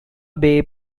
bay